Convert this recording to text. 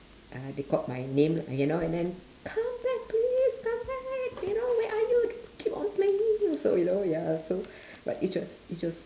uh they called my name uh you know and then come back please come back you now where are you don't keep on playing so you know ya so but it was it was